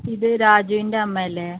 ഇത് രാജുവിൻ്റെ അമ്മ അല്ലെ